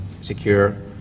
secure